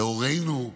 להורינו,